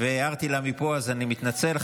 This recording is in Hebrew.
אני מבקש להודות לך,